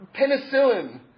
penicillin